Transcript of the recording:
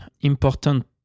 important